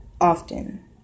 often